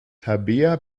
tabea